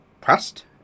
pressed